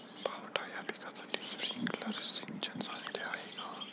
पावटा या पिकासाठी स्प्रिंकलर सिंचन चांगले आहे का?